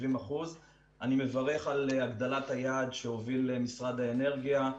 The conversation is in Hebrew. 70%. אני מברך על הגדלת היעד שהוביל משרד האנרגיה,